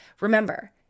Remember